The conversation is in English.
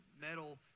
metal